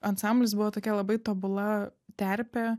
ansamblis buvo tokia labai tobula terpė